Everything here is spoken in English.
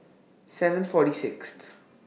seven forty Sixth